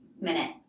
minute